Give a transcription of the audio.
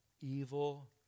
evil